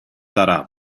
дараа